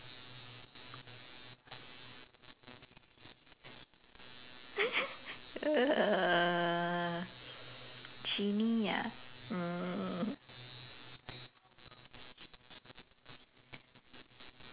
err genie ah mm